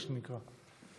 מה שנקרא.